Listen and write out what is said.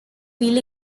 wheel